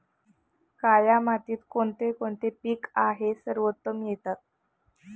काया मातीत कोणते कोणते पीक आहे सर्वोत्तम येतात?